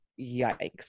Yikes